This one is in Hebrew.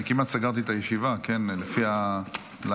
אני כמעט סגרתי את הישיבה לפי הליין-אפ.